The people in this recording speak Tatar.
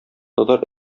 татар